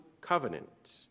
Covenant